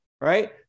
right